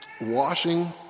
Washing